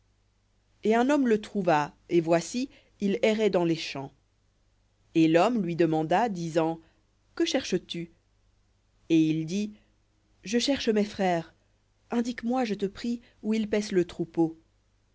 et un homme le trouva et voici il errait dans les champs et l'homme lui demanda disant que cherches-tu et il dit je cherche mes frères indique-moi je te prie où ils paissent le